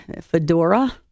fedora